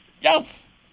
Yes